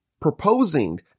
proposing